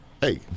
hey